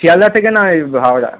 শিয়ালদাহ থেকে নয় হাওড়া